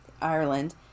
Ireland